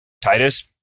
Titus